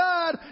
God